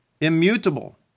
immutable